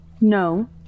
No